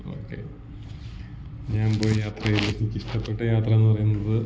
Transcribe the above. okay ഞാൻ പോയ യാത്രയിൽ എനിക്കിഷ്ടപ്പെട്ട യാത്രയെന്നു പറയുന്നത്